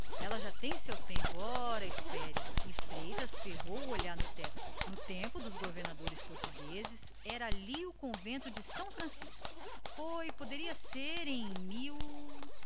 já tem seu tempo ora espere e o memorião atirou logo o olhar para o teto no tempo dos governadores portugueses disse depois de uma pausa era ali o convento de são francisco isso foi poderia ser em em mil